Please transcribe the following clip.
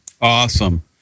Awesome